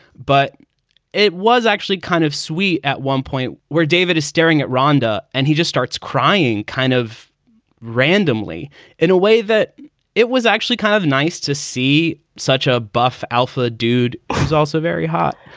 but it was actually kind of sweet at one point where david is staring at rhonda. and he just starts crying kind of randomly in a way that it was actually kind of nice to see such a buff alpha dude who's also very hot.